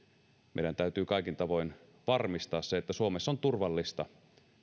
meidän täytyy kaikin tavoin varmistaa se että suomessa on turvallista